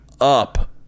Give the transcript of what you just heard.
up